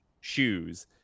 shoes